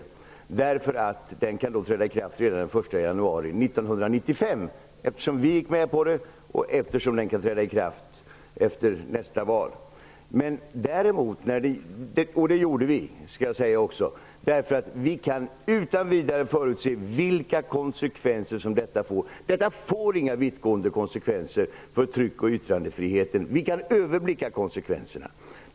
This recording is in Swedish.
Anledningen var att lagändringen kan träda i kraft redan den 1 januari 1995. Vi gick med på det, eftersom ändringen kan träda i kraft efter nästa val och för att vi utan vidare kan förutse vilka konsekvenserna blir. Detta får inga vittgående konsekvenser för tryck och yttrandefriheten. Vi kan överblicka konsekvenserna.